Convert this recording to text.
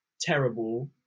terrible